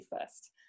first